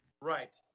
Right